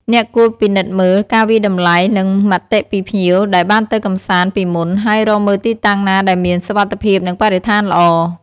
អ្នកគួរពិនិត្យមើល ការវាយតម្លៃ និង មតិពីភ្ញៀវ ដែលបានទៅកម្សាន្តពីមុន ហើយរកមើលទីតាំងណាដែលមាន សុវត្ថិភាព និងបរិស្ថានល្អ។